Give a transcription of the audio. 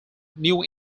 new